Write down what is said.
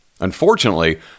Unfortunately